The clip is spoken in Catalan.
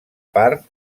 part